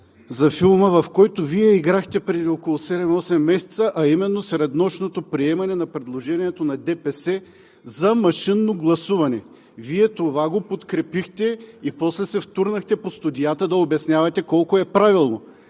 за филма, в който Вие играхте преди около 7 – 8 месеца, а именно среднощното приемане на предложението на ДПС за машинно гласуване. Вие това подкрепихте и после се втурнахте по студиата да обяснявате колко е правилно.